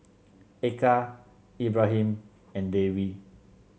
Eka Ibrahim and Dewi